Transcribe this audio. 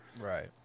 Right